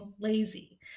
lazy